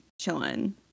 chilling